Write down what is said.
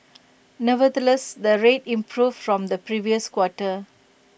nevertheless the rates improved from the previous quarter